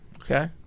Okay